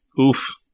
Oof